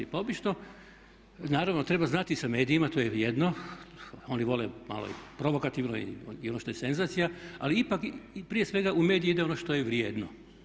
Pa obično naravno treba znati sa medijima, to je jedno, oni vole malo provokativno i ono što je senzacija ali ipak i prije svega u medije ide ono što je vrijedno.